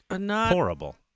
Horrible